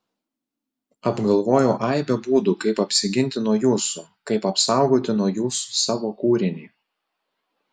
apgalvojau aibę būdų kaip apsiginti nuo jūsų kaip apsaugoti nuo jūsų savo kūrinį